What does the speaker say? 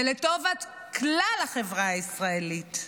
ולטובת כלל החברה הישראלית.